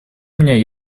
меня